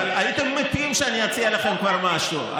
הייתם מתים שאני אציע לכם כבר משהו,